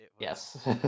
Yes